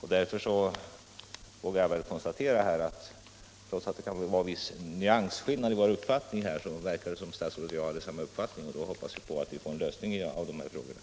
Därför vågar jag väl konstatera — trots att det kan finnas vissa nyansskillnader i våra uppfattningar här — att det verkar som om statsrådet och jag hade samma uppfattning. Därför hoppas jag också att vi snart får en lösning av de här frågorna.